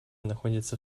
находятся